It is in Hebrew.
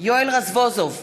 יואל רזבוזוב,